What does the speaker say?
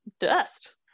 dust